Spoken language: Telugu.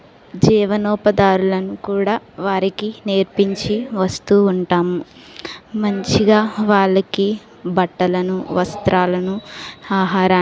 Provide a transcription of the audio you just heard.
జీవనోపదారులను కూడా వారికి నేర్పించి వస్తూ ఉంటాము మంచిగా వాళ్ళకి బట్టలను వస్త్రాలను ఆహారాన్ని